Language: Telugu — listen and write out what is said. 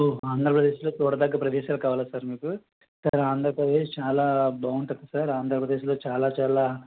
ఓ ఆంధ్రప్రదేశ్లో చూడదగ్గ ప్రదేశాలు కావాలా సార్ మీకు ఆంధ్రప్రదేశ్ చాల బాగుంటుంది సార్ ఆంధ్రప్రదేశ్లో చాలా చాలా